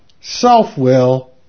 self-will